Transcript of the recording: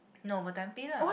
no overtime pay lah